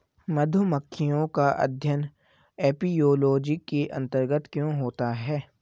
मधुमक्खियों का अध्ययन एपियोलॉजी के अंतर्गत क्यों होता है?